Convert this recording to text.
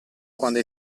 quando